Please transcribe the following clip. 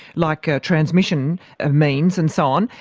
like ah transmission ah means and so on,